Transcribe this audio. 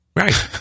Right